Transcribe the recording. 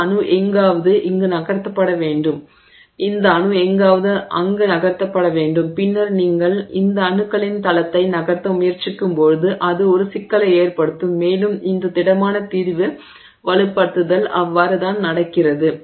இந்த அணு எங்காவது இங்கு நகர்த்தப்பட வேண்டும் அந்த அணு எங்காவது அங்கு நகர்த்தப்பட வேண்டும் பின்னர் நீங்கள் இந்த அணுக்களின் தளத்தை நகர்த்த முயற்சிக்கும்போது அது ஒரு சிக்கலை ஏற்படுத்தும் மேலும் இந்த திடமான தீர்வு வலுப்படுத்துதல் அவ்வாறு தான் நடக்கிறது